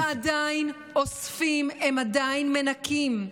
הם עדיין אוספים, הם עדיין מנקים.